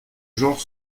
genre